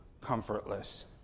comfortless